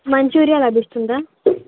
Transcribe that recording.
Manchuria లభిస్తుందా